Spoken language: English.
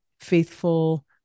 faithful